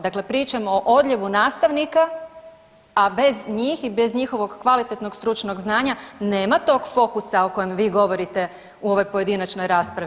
Dakle, pričamo o odljevu nastavnika, a bez njih i bez njihovog kvalitetnog stručnog znanja nema tog fokusa o kojem vi govorite u ovoj pojedinačnoj raspravi.